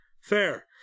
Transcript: Fair